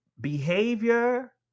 Behavior